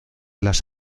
las